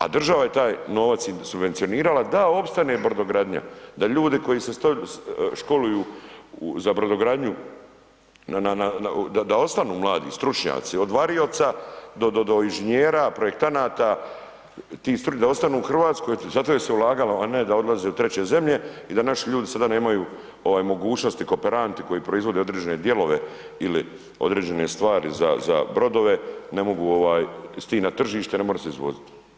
A država je taj novac subvencionirala da opstane brodogradnja, da ljudi koji se školuju za brodogradnju da ostaju mladi, stručnjaci, od varioca, do inženjera, projektanata, da ostanu u Hrvatskoj zato jer se ulagalo, a ne da odlaze u treće zemlje i da naši ljudi sada nemaju mogućnosti, kooperanti koji proizvode određene dijelove ili određene stvari za brodove, ne mogu s tim na tržište, ne može se izvoziti.